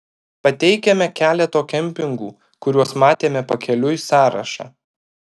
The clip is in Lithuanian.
pateikiame keleto kempingų kuriuos matėme pakeliui sąrašą